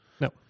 No